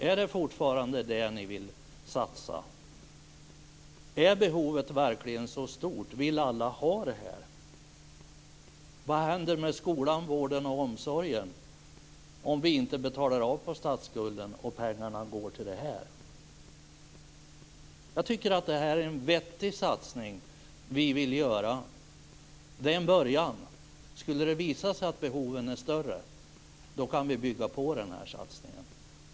Är det fortfarande det ni vill satsa? Är behovet verkligen så stort? Vill alla ha detta? Vad händer med skolan, vården och omsorgen om vi inte betalar av på statsskulden och pengarna går till detta? Jag tycker att detta är en vettig satsning som vi vill göra. Det är en början. Om det skulle visa sig att behoven är större, kan vi bygga på den här satsningen.